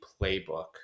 playbook